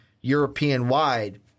European-wide